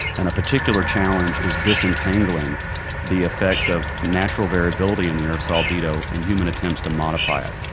and a particular challenge is disentangling the effects of natural variability in the earth's albedo and human attempts to modify it.